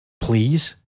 Please